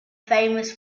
famous